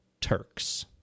Turks